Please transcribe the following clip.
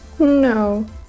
No